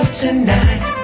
tonight